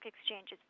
Exchange's